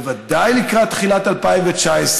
בוודאי לקראת תחילת 2019,